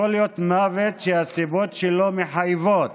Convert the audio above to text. זה יכול להיות מוות שהסיבות שלו מחייבות